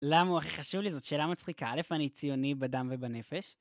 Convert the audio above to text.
למה הוא הכי חשוב לי? זאת שאלה מצחיקה. א', אני ציוני בדם ובנפש.